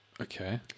Okay